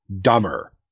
dumber